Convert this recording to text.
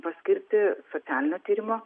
paskirti socialinio tyrimo